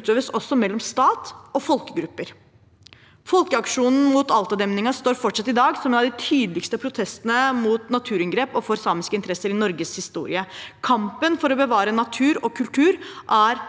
utøves også mellom stat og folkegrupper. Folkeaksjonen mot Alta-demningen står fortsatt i dag som en av de tydeligste protestene mot naturinngrep og for samiske interesser i Norges historie. Kampen for å bevare natur og kultur er